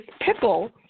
pickle